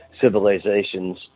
civilizations